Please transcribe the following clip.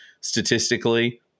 statistically